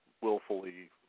willfully